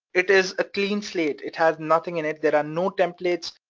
it is a clean slate. it has nothing in it, there are no templates,